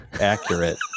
accurate